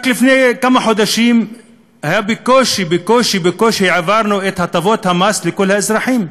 רק לפני כמה חודשים בקושי בקושי בקושי העברנו את הטבות המס לכל האזרחים,